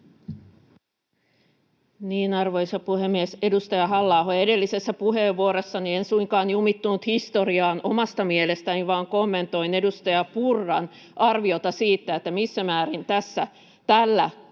Arvoisa puhemies! Edustaja Halla-aho, edellisessä puheenvuorossani en suinkaan jumittunut historiaan omasta mielestäni vaan kommentoin edustaja Purran arviota siitä, missä määrin tällä